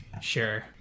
Sure